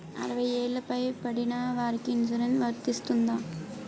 అరవై ఏళ్లు పై పడిన వారికి ఇన్సురెన్స్ వర్తిస్తుందా?